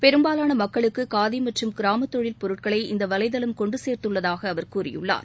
பெரும்பாலான மக்களுக்கு காதி மற்றும் கிராம தொழில் பொருட்களை இந்த வலைதளம் கொண்டு சேர்த்துள்ளதாக அவர் கூறியுள்ளார்